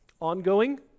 ongoing